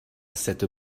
cette